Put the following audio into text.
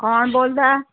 ਕੌਣ ਬੋਲਦਾ